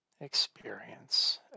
experience